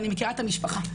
ואני מכירה את המשפחה.